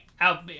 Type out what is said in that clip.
out